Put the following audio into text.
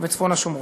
וצפון השומרון.